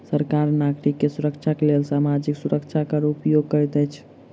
सरकार नागरिक के सुरक्षाक लेल सामाजिक सुरक्षा कर उपयोग करैत अछि